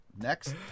next